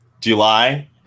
July